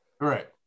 Right